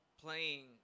playing